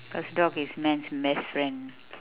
because dog is man's best friend